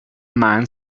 man